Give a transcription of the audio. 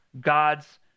God's